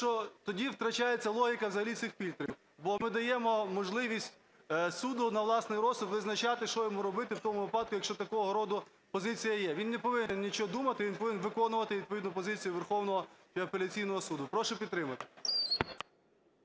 тоді втрачається логіка взагалі всіх фільтрів, бо ми даємо можливість суду на власний розсуд визначати, що йому робити в тому випадку, якщо такого роду позиція є. Він не повинен нічого думати, він повинен виконувати відповідну позицію Верховного і апеляційного суду. Прошу підтримати.